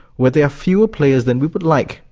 where there are fewer players than we would like,